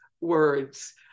words